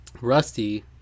Rusty